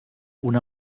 una